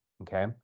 okay